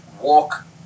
walk